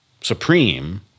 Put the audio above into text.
Supreme